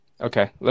Okay